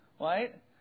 Right